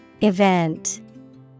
Event